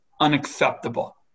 unacceptable